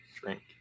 drink